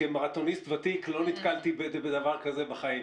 כמרתוניסט ותיק, לא נתקלתי בדבר כזה בחיים.